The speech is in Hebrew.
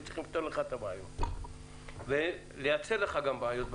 צריכים לפתור לך את הבעיות תוך כדי שהם מייצרים לך תחרות.